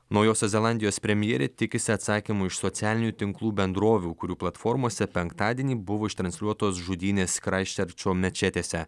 naujosios zelandijos premjerė tikisi atsakymų iš socialinių tinklų bendrovių kurių platformose penktadienį buvo ištransliuotos žudynės kraisčerčo mečetėse